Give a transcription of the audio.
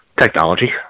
Technology